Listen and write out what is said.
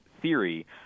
theory